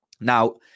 Now